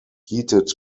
heated